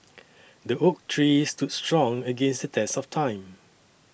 the oak tree stood strong against the test of time